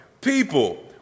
People